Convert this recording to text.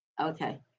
okay